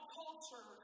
culture